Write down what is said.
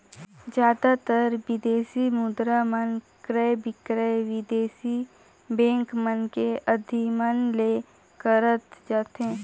जादातर बिदेसी मुद्रा मन क्रय बिक्रय बिदेसी बेंक मन के अधिमन ले करत जाथे